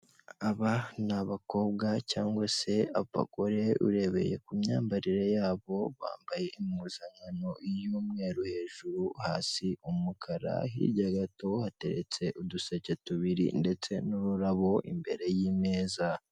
Aba ni abakobwa cyangwa se abagore urebeye ku myambarire yabo bambaye impuzankano y'umweru hejuru, hasi umukara. Hirya gato hateretse uduseke tubiri ndetse n'ururabo imbere y'imeza